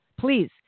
Please